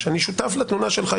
שאני שותף לתלונה שלך,